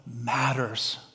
matters